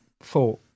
four